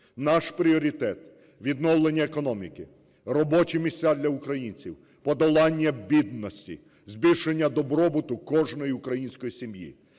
Наш пріоритет – відновлення економіки, робочі місця для українців, подолання бідності, збільшення добробуту кожної української сім'ї,